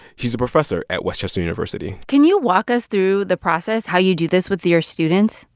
she's a professor at west chester university can you walk us through the process, how you do this with your students?